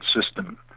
system